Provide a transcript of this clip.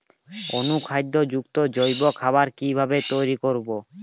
অনুখাদ্য যুক্ত জৈব খাবার কিভাবে তৈরি করব?